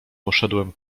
poszedłem